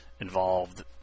involved